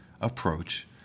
approach